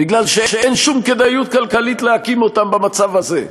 מפני שאין שום כדאיות כלכלית להקים אותן במצב הזה.